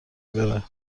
برم